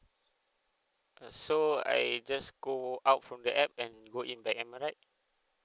so I just go out from the app and go in back am I right